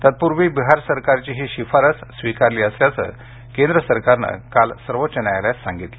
तत्पूर्वी बिहार सरकारची ही शिफारस स्विकारली असल्याचं केंद्र सरकारन काल सर्वोच्च न्यायालयाला सांगितलं